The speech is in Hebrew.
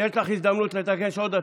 הפנים נתקבלה.